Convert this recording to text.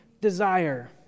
desire